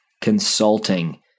consulting